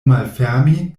malfermi